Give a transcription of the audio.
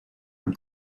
the